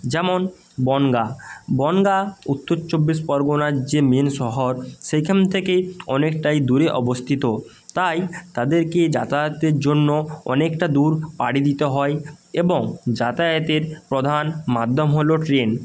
যেমন বনগাঁ বনগাঁ উত্তর চব্বিশ পরগনার যে মেন শহর সেইখান থেকেই অনেকটাই দূরে অবস্থিত তাই তাদেরকে যাতায়াতের জন্য অনেকটা দূর পাড়ি দিতে হয় এবং যাতায়াতের প্রধান মাধ্যম হলো ট্রেন